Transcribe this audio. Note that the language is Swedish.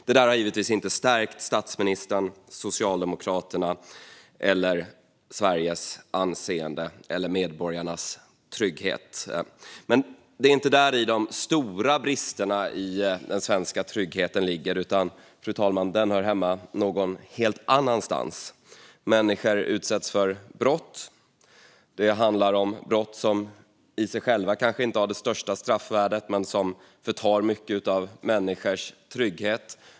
Detta har givetvis inte stärkt statsministern, Socialdemokraterna, Sveriges anseende eller medborgarnas trygghet. Men det är inte där de stora bristerna i den svenska tryggheten ligger, utan de hör hemma någon helt annanstans. Människor utsätts för brott. Det handlar om brott som i sig själva kanske inte har det största straffvärdet men som förtar mycket av människors trygghet.